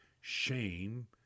shame